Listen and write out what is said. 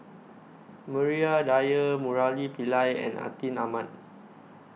Maria Dyer Murali Pillai and Atin Amat